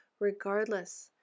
regardless